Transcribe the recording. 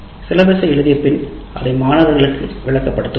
சிலபஸை எழுதிய பின் அதை மாணவர்களுக்கு விளக்க படுத்துவார்